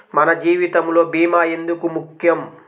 మన జీవితములో భీమా ఎందుకు ముఖ్యం?